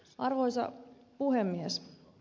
arvoisa puhemies